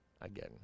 again